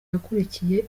yakurikiye